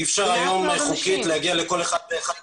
חוקית אי אפשר להגיע היום לכל אחד ואחד